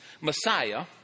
Messiah